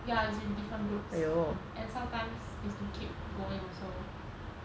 ya it's with different groups and sometimes is to keep going also